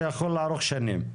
זה יכול לארוך שנים.